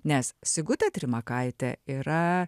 nes sigutė trimakaitė yra